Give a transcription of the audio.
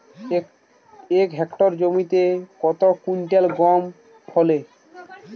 এক হেক্টর জমিতে কত কুইন্টাল গম ফলে?